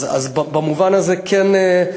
אז במובן הזה כן,